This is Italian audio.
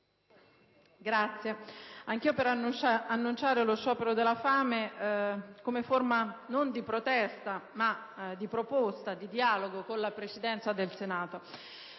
anch'io intendo annunciare lo sciopero della fame come forma non di protesta, ma di proposta e di dialogo con la Presidenza del Senato.